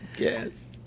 Yes